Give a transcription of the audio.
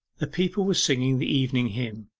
the people were singing the evening hymn.